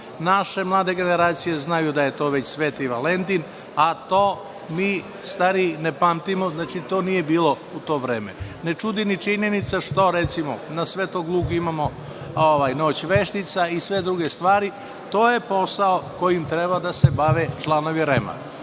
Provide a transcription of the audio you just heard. Naše mlade generacije znaju da je to već Sveti Valentin, a to mi stariji ne pamtimo. Znači, to nije bilo u to vreme. Ne čudi ni činjenica što, recimo, na Svetog Luku imamo „Noć veštica“ i sve druge stvari. To je posao kojim treba da se bave članovi REM.